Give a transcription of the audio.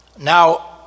Now